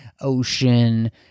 ocean